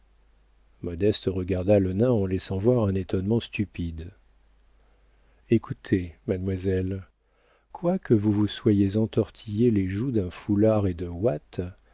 modeste regarda le nain en laissant voir un étonnement stupide écoutez mademoiselle quoique vous vous soyez entortillé les joues d'un foulard et de ouate